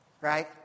Right